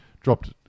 dropped